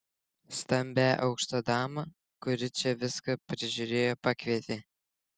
stambią aukštą damą kuri čia viską prižiūrėjo pakvietė